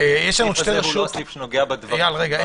הסעיף הזה הוא לא הסעיף שנוגע בדברים האלה.